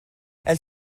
elle